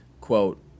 quote